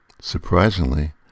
Surprisingly